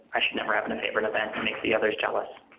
i should never have and a favorite event. it makes the others jealous.